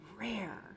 Rare